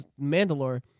Mandalore